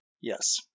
Yes